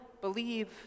believe